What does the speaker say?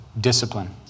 discipline